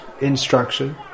instruction